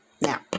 Now